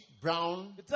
brown